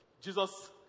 Jesus